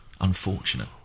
unfortunate